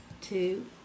two